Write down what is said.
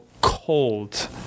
cold